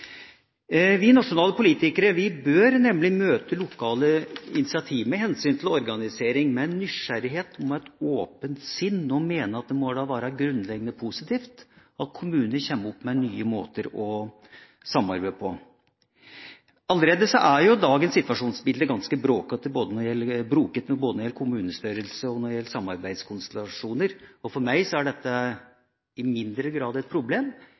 Vi nasjonale politikere bør nemlig møte lokale initiativ når det gjelder organisering, med nysgjerrighet og et åpent sinn og mene at det må være grunnleggende positivt at kommunene kommer opp med nye måter å samarbeide på. Dagens situasjonsbilde er allerede ganske broket, både når det gjelder kommunestørrelse, og når det gjelder samarbeidskonstellasjoner. For meg er dette i mindre grad et problem,